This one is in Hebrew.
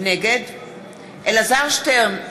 נגד אלעזר שטרן,